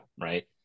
right